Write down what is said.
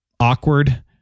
awkward